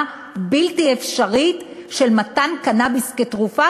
בלתי אפשרית של מתן קנאביס כתרופה,